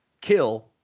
kill